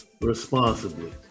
responsibly